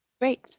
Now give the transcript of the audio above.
Great